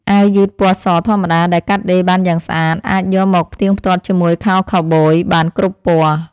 អាវយឺតពណ៌សធម្មតាដែលកាត់ដេរបានយ៉ាងស្អាតអាចយកមកផ្ទៀងផ្ទាត់ជាមួយខោខូវប៊យបានគ្រប់ពណ៌។